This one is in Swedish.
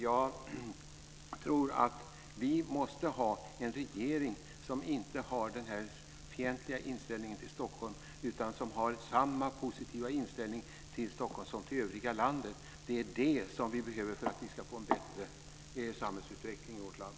Jag tror att vi måste ha en regering som inte har den här fientliga inställningen till Stockholm utan som har samma positiva inställning till Stockholm som till övriga landet. Det är det som vi behöver för att få en bättre samhällsutveckling i vårt land.